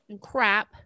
crap